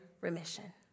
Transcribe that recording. remission